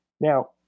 Now